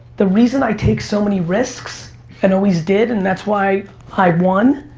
the reason i take so many risks and always did and that's why i won.